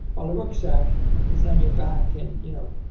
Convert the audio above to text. while a rucksack is on your back, and you know